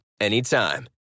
anytime